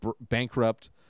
bankrupt